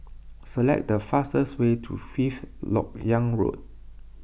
select the fastest way to Fifth Lok Yang Road